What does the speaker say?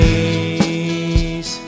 Days